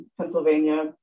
Pennsylvania